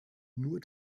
nur